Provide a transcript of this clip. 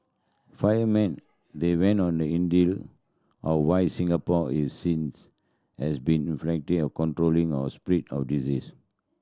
Friedman then went on the in of why Singapore is seen as being effective of controlling of spread of disease